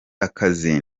akazi